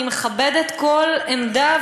אני מכבדת כל עמדה,